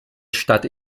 stadt